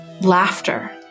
laughter